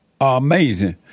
amazing